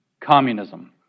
communism